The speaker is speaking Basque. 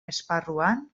esparruan